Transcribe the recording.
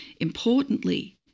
Importantly